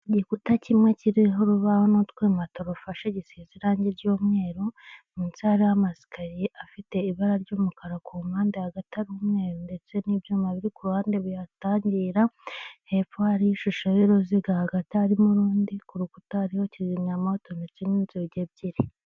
Igikuta kimwe kiriho urubaho n'utwuma turufashe gisize irangi ry'umweru, munsi hariho amasikariye afite ibara ry'umukara ku mpande hagati ari umweru ndetse n'ibyuma biri kuru ruhande bihatangira, hepfo hariyo ishusho y'uruziga hagati harimo urundi; ku rukuta hariho kizimyamwoto ndetse n'inzugi ebyiri.